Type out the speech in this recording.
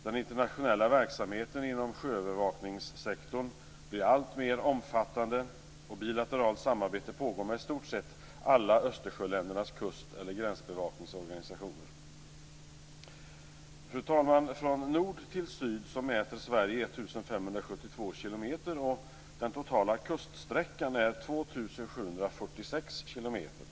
Den internationella verksamheten inom sjöövervakningssektorn blir alltmer omfattande, och bilateralt samarbete pågår med i stort sett alla Östersjöländernas kust eller gränsbevakningsorganisationer. Fru talman! Från norr till syd mäter Sverige 1 572 kilometer, och den totala kuststräckan är 2 746 kilometer.